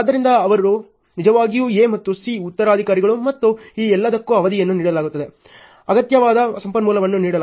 ಆದ್ದರಿಂದ ಅವರು ನಿಜವಾಗಿಯೂ A ಮತ್ತು C ಉತ್ತರಾಧಿಕಾರಿಗಳು ಮತ್ತು ಈ ಎಲ್ಲದಕ್ಕೂ ಅವಧಿಯನ್ನು ನೀಡಲಾಗುತ್ತದೆ ಅಗತ್ಯವಾದ ಸಂಪನ್ಮೂಲವನ್ನು ನೀಡಲಾಗುತ್ತದೆ